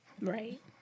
Right